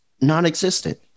non-existent